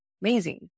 Amazing